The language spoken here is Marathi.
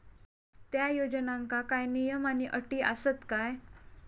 त्या योजनांका काय नियम आणि अटी आसत काय?